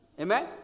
Amen